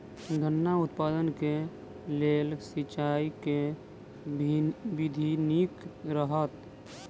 गन्ना उत्पादन केँ लेल सिंचाईक केँ विधि नीक रहत?